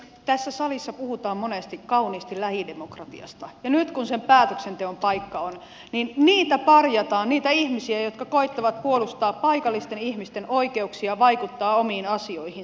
tässä salissa puhutaan monesti kauniisti lähidemokratiasta ja nyt kun sen päätöksenteon paikka on niin niitä ihmisiä parjataan jotka koettavat puolustaa paikallisten ihmisten oikeuksia vaikuttaa omiin asioihinsa